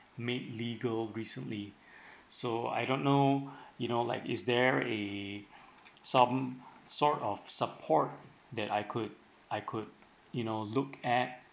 made legal recently so I don't know you know like is there a some sort of support that I could I could you know look at